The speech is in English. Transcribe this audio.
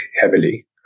heavily